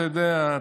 אתה יודע,